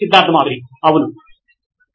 Siddharth Mathuri CEO Noin electronics అవును